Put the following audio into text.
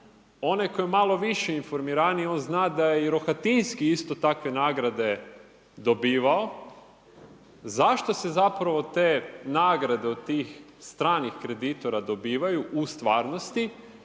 Onaj koji je malo više informiraniji on zna da je i Rohatinski isto takve nagrade dobivao, zašto se zapravo te nagrade od tih stranih kreditora dobivaju u stvarnosti,